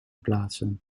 plaatsen